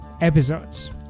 episodes